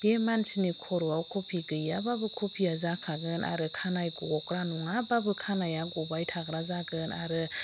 बे मानसिनि खर'आव खावफि गैयाबाबो खावफिया जाखागोन आरो खानाइ ग'ग्रा नङाबाबो खानाइआ गबाय थाग्रा जागोन आरो